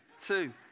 Two